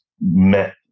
met